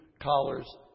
collars